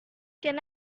can